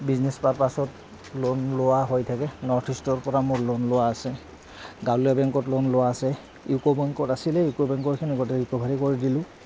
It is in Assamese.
বিজনেছ পাৰপাছত লোন লোৱা হৈ থাকে নৰ্থ ইষ্টৰ পৰা মোৰ লোন লোৱা আছে গাঁৱলীয়া বেংকত লোন লোৱা আছে ইউক' বেংকত আছিলে ইউক' বেংকৰখিনিগতে ৰিকভাৰী কৰি দিলোঁ